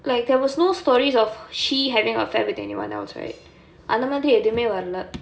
like there was no stories of she having affair with anyone else right அந்த மாதிரி எதுவுமே வரல:antha maathiri ethuvumae varala